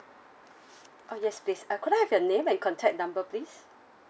ah yes please uh could I have your name and contact number please